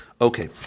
Okay